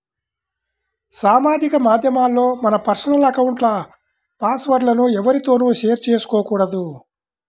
సామాజిక మాధ్యమాల్లో మన పర్సనల్ అకౌంట్ల పాస్ వర్డ్ లను ఎవ్వరితోనూ షేర్ చేసుకోకూడదు